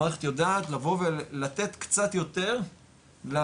המערכת יודעת לבוא ולתת קצת יותר למגרש